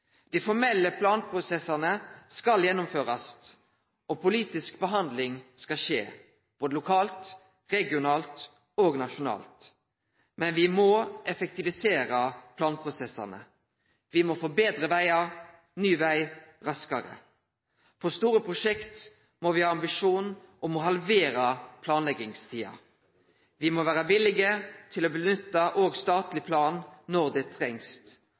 Dei formelle planprosessane skal gjennomførast, og politisk behandling skal skje, både lokalt, regionalt og nasjonalt. Men me må effektivisere planprosessane. Me må få betre vegar, nye vegar – raskare. For store prosjekt må me ha ambisjonar om å halvere planleggingstida. Me må vere villige til å nytte statleg plan når det trengst,